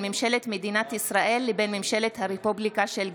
ממשלת מדינת ישראל לבין ממשלת הרפובליקה של גואטמלה.